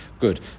good